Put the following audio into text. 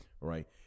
Right